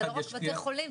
זה לא רק בתי חולים,